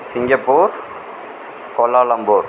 Singapore Kuala Lumpur